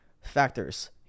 factors